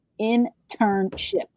Internship